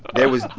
there was you